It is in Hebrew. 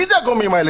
מי אלו הגורמים האלו?